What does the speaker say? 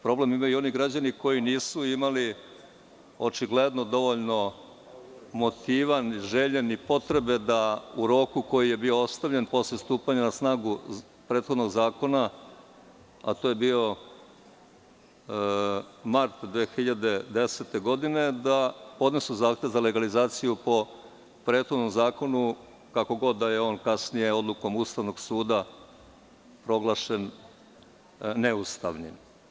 Problem imaju i oni građani koji očigledno nisu imali dovoljno motiva, ni želje, ni potrebe da u roku koji je bio ostavljen posle stupanja na snagu prethodnog zakona, a to je bio mart 2010. godine, da podnesu zahtev za legalizaciju po prethodnom zakonu, kako god da je on kasnije odlukom Ustavnog suda proglašen neustavnim.